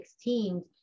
teams